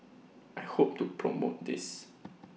I hope to promote this